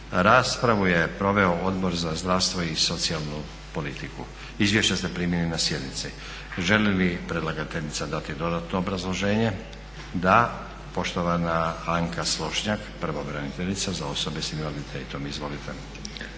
Raspravu je proveo Odbor za zdravstvo i socijalnu politiku. Izvješća ste primili na sjednici. Želi li predlagateljica dati dodatno obrazloženje? Da. Poštovana Anka Slonjšak, pravobraniteljica za osobe sa invaliditetom. Izvolite.